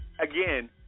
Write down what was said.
again